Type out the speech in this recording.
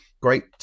great